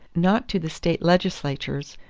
not to the state legislatures,